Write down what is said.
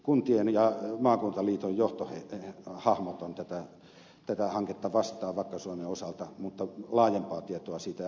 kuntien ja maakuntaliiton johtohahmot ovat tätä hanketta vastaan vakka suomen osalta mutta laajempaa tietoa siitä ei ainakaan minulla ole